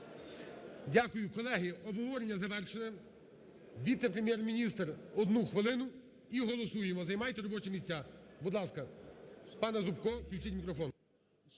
Дякую. Колеги, обговорення завершене. Віце-прем'єр-міністр 1 хвилину і голосуємо. Займайте робочі місця. Будь ласка, пане Зубко, включіть мікрофон.